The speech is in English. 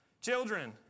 Children